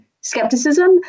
skepticism